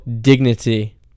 Dignity